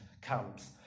comes